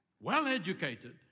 Well-educated